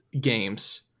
games